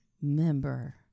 member